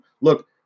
look